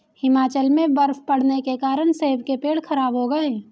हिमाचल में बर्फ़ पड़ने के कारण सेब के पेड़ खराब हो गए